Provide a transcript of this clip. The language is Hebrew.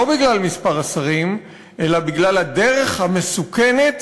לא בגלל מספר השרים אלא בגלל הדרך המסוכנת